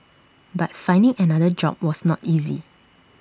but finding another job was not easy